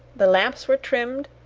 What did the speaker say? the lamps were trimmed,